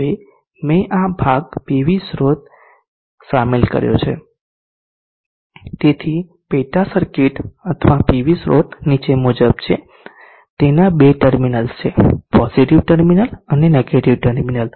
હવે મેં આ ભાગ પીવી સ્ત્રોત શામેલ કર્યો છે તેથી પેટા સર્કિટ અથવા પીવી સ્રોત નીચે મુજબ છે તેના બે ટર્મિનલ્સ છે પોઝીટીવ ટર્મિનલ અને નેગેટીવ ટર્મિનલ